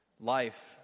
Life